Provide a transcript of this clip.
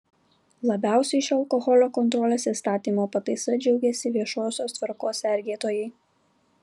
labiausiai šia alkoholio kontrolės įstatymo pataisa džiaugiasi viešosios tvarkos sergėtojai